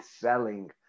selling